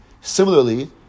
Similarly